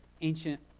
ancient